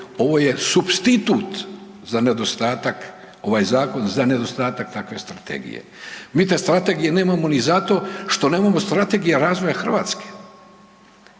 Ovo je supstitut za nedostatak, ovaj zakon, za nedostatak takve strategije. Mi te strategije nemamo ni zato što nemamo strategija razvoja Hrvatske.